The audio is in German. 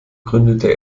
gründete